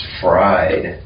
fried